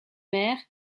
mers